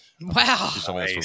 Wow